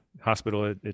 hospital